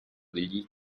degli